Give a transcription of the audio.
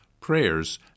prayers